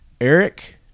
Eric